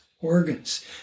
organs